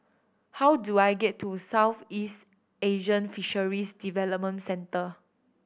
how do I get to Southeast Asian Fisheries Development Centre